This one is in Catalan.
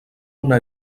una